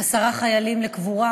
עשרה חיילים לקבורה.